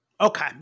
Okay